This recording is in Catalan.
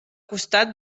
costat